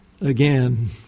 Again